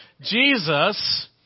Jesus